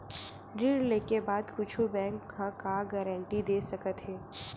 ऋण लेके बाद कुछु बैंक ह का गारेंटी दे सकत हे?